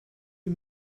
you